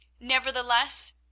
Nevertheless